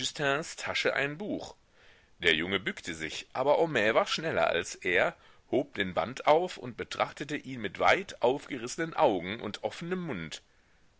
tasche ein buch der junge bückte sich aber homais war schneller als er hob den band auf und betrachtete ihn mit weit aufgerissenen augen und offenem mund